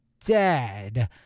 dead